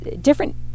different